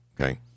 Okay